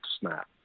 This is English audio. snap